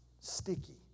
sticky